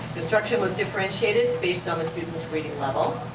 instruction was differentiated based on the students' reading level.